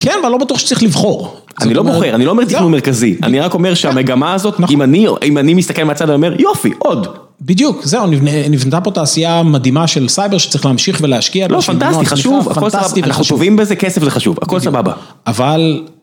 כן, אבל לא בטוח שצריך לבחור. אני לא בוחר, אני לא אומר תכנון מרכזי. אני רק אומר שהמגמה הזאת, אם אני, אם אני מסתכל מהצד, אני אומר יופי, עוד. בדיוק, זהו, נבנתה פה תעשייה מדהימה של סייבר שצריך להמשיך ולהשקיע. לא, פנטסטי, חשוב, אנחנו טובים בזה, כסף זה חשוב, הכל סבבה. אבל...